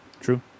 True